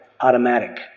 automatic